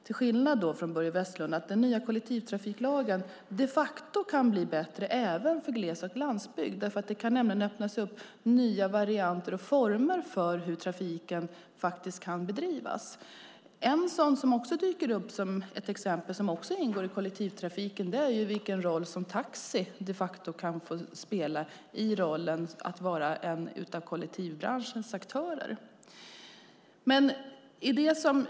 Till skillnad från Börje Vestlund tror jag att den nya kollektivtrafiklagen kan göra att det blir bättre även för gles och landsbygd. Det kan öppnas nya varianter och former för hur trafiken kan bedrivas. Ett exempel som ingår i kollektivtrafiken är den roll som taxi kan spela som en av kollektivbranschens aktörer.